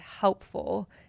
helpful